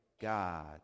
God